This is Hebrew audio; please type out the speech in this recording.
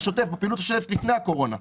בפעילות השוטפת לפני הקורונה.